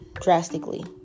drastically